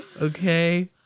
Okay